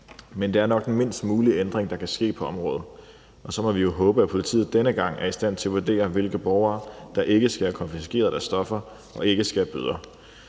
men det er nok den mindst mulige ændring, der kan ske på området. Og så må vi jo håbe, at politiet denne gang er i stand til at vurdere, hvilke borgere der ikke skal have konfiskeret deres stoffer og ikke skal have bøder.